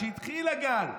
כשהתחיל הגל,